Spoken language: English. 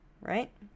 right